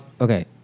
Okay